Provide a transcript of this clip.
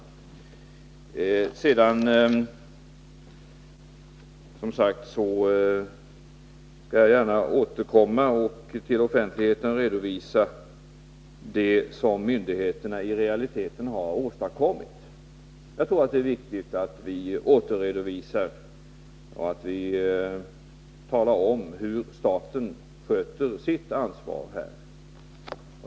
Jag skall, som sagt, gärna återkomma och för offentligheten redovisa det som myndigheterna i realiteten har åstadkommit. Jag tror helt enkelt att det är viktigt att vi redovisar hur staten sköter sitt ansvar här.